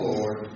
Lord